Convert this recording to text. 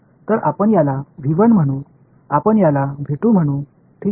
तर आपण याला म्हणू आपण याला म्हणू ठीक आहे